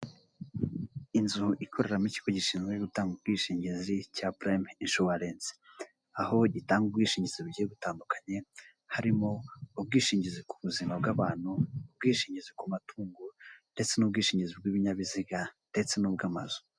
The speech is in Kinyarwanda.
Inzu ikoreramo ikigo gishinzwe gutanga ubwishingizi cya purayime incuwarenci, aho gitanga ubwishingizi bugiye butandukanye, harimo ubwishingizi ku buzima bw'abantu, ubwishingizi ku matungo, ndetse n'ubwishingizi bw'ibinyabiziga ndetse n'ubw'amazu.